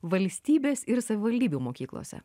valstybės ir savivaldybių mokyklose